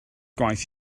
gwaith